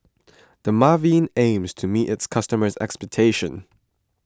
Dermaveen aims to meet its customers' expectations